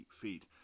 feet